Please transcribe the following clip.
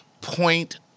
point